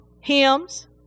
hymns